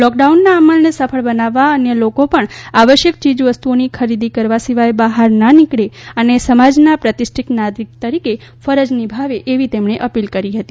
લોકડાઉનના અમલને સફળ બનાવવા અન્ય લોકો પણ આવશ્યક યીજવસ્તુઓની ખરીદી કરવા સિવાય બહાર ના નીકળે અને સમાજના પ્રતિષ્ઠીત નાગરીક તરીકે ફરજ નિભાવે તેવી તેમણે અપીલ કરી છે